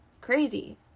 crazy